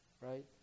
Right